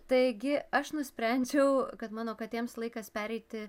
taigi aš nusprendžiau kad mano katėms laikas pereiti